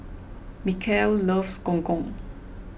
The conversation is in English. Mikel loves Gong Gong